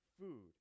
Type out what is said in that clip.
food